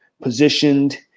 positioned